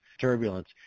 turbulence